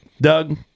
Doug